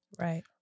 Right